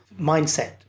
mindset